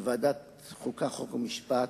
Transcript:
בוועדת החוקה, חוק ומשפט.